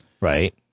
Right